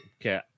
Okay